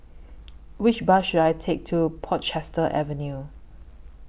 Which Bus should I Take to Portchester Avenue